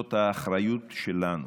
זאת האחריות שלנו.